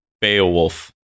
Beowulf